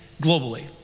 globally